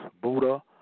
Buddha